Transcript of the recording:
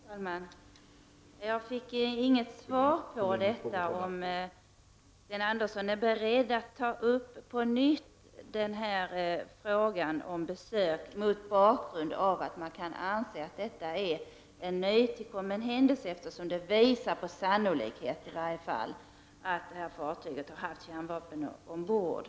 Herr talman! Jag fick inget svar på om Sten Andersson är beredd att på nytt ta upp frågan om besök, mot bakgrund av att man kan anse att detta är en nytillkommen händelse, eftersom den i alla fall visar på sannolikheten av att det här fartyget har haft kärnvapen ombord.